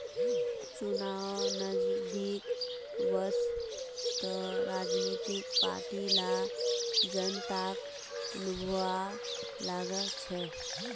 चुनाव नजदीक वस त राजनीतिक पार्टि ला जनताक लुभव्वा लाग छेक